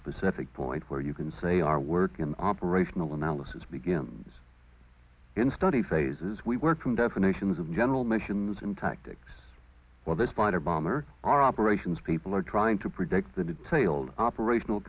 specific point where you can say our work in operational analysis begins in study phases we work in definitions of general missions and tactics while this fighter bomber our operations people are trying to predict the detailed operational